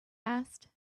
asked